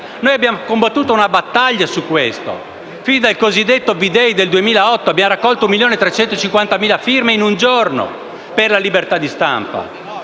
Noi abbiamo combattuto una battaglia su questo, fin dal cosiddetto V-day del 2008, quando abbiamo raccolto 1.350.000 firme in un solo giorno per la libertà di stampa.